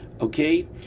Okay